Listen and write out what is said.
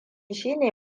shine